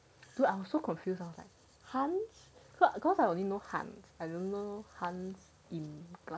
dude I'm so confused I was like hans cause I only know hans I don't know hans im gluck